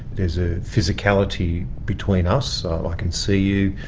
there's a physicality between us, i can see you,